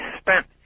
spent